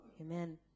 Amen